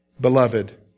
beloved